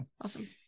awesome